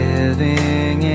Living